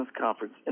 conference